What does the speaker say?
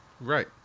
Right